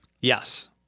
Yes